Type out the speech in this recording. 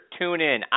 TuneIn